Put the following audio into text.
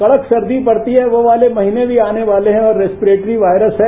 कड़क सर्दी पड़ती है वो वाले महीने भी आने वाले है और रेस्परेटरी वायरस है